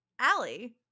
Allie